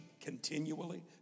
continually